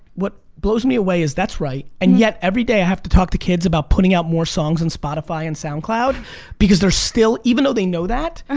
what blows me away is that's right and yet every day i have to talk to kids about putting out more songs on and spotify and soundcloud because they're still, even though they know that,